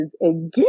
again